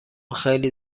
خیلی